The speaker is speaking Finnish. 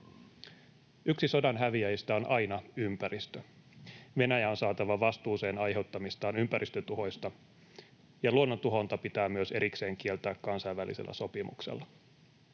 Yksi sodan häviäjistä on aina ympäristö. Venäjä on saatava vastuuseen aiheuttamistaan ympäristötuhoista. Luonnontuhonta pitää myös erikseen kieltää kansainvälisellä sopimuksella.